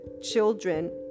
children